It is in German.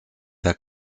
der